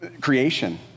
creation